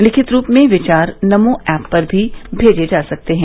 लिखित रूप में विचार नमो ऐप पर भी भेजे जा सकते हैं